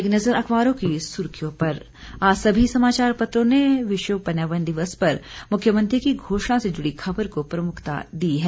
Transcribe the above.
एक नज़र अखबारों की सुर्खियों पर आज सभी समाचार पत्रों ने विश्व पर्यावरण दिवस पर मुख्यमंत्री की घोषणा से जुड़ी खबर को प्रमुखता दी है